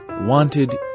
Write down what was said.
wanted